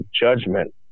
judgment